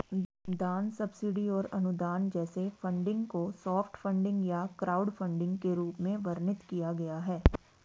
दान सब्सिडी और अनुदान जैसे फंडिंग को सॉफ्ट फंडिंग या क्राउडफंडिंग के रूप में वर्णित किया गया है